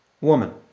woman